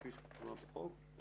כפי שכתוב בחוק,